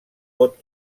pot